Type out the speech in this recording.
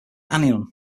anion